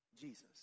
Jesus